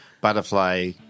Butterfly